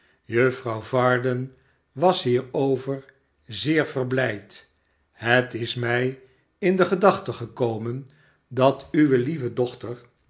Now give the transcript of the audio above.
juffrouw varden was hierover zeer verblijd het is mij in de gedacliten gekomen dat uwe lieve dochter